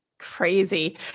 crazy